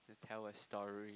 tell a story